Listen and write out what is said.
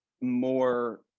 more